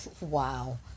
Wow